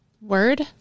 Word